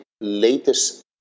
latest